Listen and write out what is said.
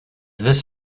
this